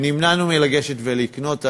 נמנענו מלגשת ולקנות.